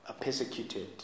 persecuted